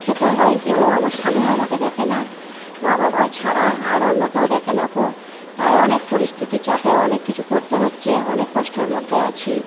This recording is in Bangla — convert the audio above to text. খেতে হয় এবং আমার স্বামীও আমাকে দেখে না মা বাবা ছাড়া আর অন্য কেউ দেখে নাকো তাই অনেক পরিস্থিতির চাপে অনেক কিছু করতে হচ্ছে অনেক কষ্টর মধ্যে আছি